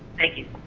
thank you.